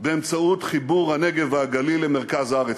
באמצעות חיבור הנגב והגליל למרכז הארץ.